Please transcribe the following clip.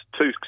two